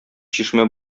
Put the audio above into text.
чишмә